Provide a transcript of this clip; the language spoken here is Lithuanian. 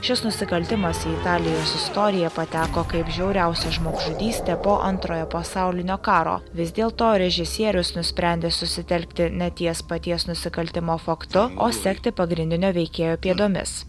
šis nusikaltimas į italijos istoriją pateko kaip žiauriausia žmogžudystė po antrojo pasaulinio karo vis dėlto režisierius nusprendė susitelkti ne ties paties nusikaltimo faktu o sekti pagrindinio veikėjo pėdomis